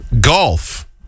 golf